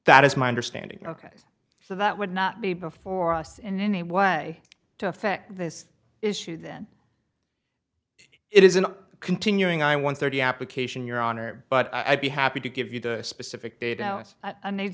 that is my understanding ok so that would not be before us in any way to affect this issue then it is an continuing i want thirty application your honor but i'd be happy to give you the specific date now as i need